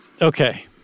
Okay